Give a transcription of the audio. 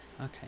Okay